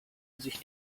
sich